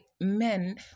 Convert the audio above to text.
men